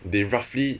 they roughly